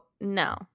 No